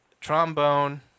trombone